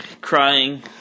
crying